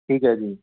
ਠੀਕ ਹੈ ਜੀ